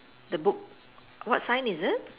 the book what sign is it